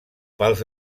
pels